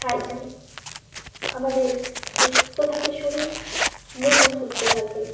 hygienic আমাদের সুস্থ থাকে শরীর মনও সুস্থ থাকে